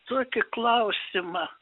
tokį klausimą